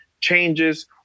changes